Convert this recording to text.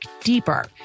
deeper